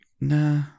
nah